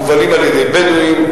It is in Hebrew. מובלים על-ידי בדואים.